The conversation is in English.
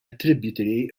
tributary